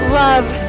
love